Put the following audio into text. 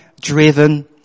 driven